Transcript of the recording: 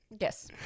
Yes